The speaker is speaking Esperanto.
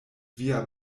via